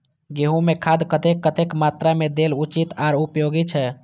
गेंहू में खाद कतेक कतेक मात्रा में देल उचित आर उपयोगी छै?